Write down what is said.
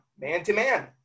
man-to-man